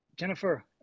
Jennifer